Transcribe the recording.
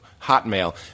hotmail